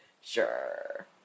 Sure